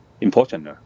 important